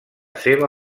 seva